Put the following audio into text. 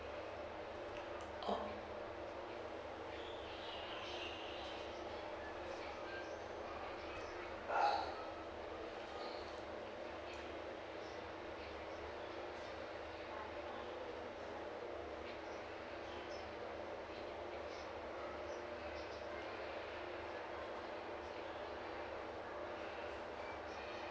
oh